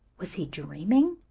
was he dreaming,